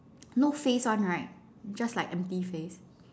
no face one right just like empty face